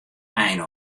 ein